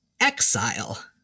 Exile